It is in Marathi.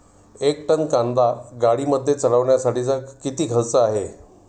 एक टन कांदा गाडीमध्ये चढवण्यासाठीचा किती खर्च आहे?